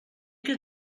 que